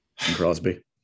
Crosby